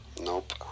Nope